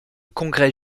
congrès